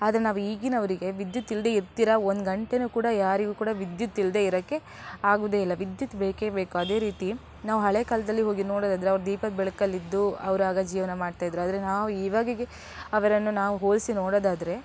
ಆದರೆ ನಾವು ಈಗಿನವರಿಗೆ ವಿದ್ಯುತ್ತಿಲ್ಲದೇ ಇರ್ತೀರಾ ಒಂದು ಗಂಟೆಯೂ ಕೂಡ ಯಾರಿಗೂ ಕೂಡ ವಿದ್ಯುತ್ತಿಲ್ಲದೇ ಇರೋಕ್ಕೆ ಆಗುವುದೇ ಇಲ್ಲ ವಿದ್ಯುತ್ ಬೇಕೇ ಬೇಕು ಅದೇ ರೀತಿ ನಾವು ಹಳೆಯ ಕಾಲದಲ್ಲಿ ಹೋಗಿ ನೋಡೋದಾದರೆ ಅವ್ರು ದೀಪದ ಬೆಳಕಲ್ಲಿದ್ದು ಅವ್ರು ಆಗ ಜೀವನ ಮಾಡ್ತಾಯಿದ್ದರು ಆದರೆ ನಾವು ಇವಾಗಿಗೆ ಅವರನ್ನು ನಾವು ಹೋಲಿಸಿ ನೋಡೋದಾದರೆ